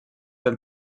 del